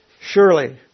Surely